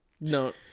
no